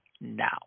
now